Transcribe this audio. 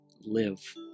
live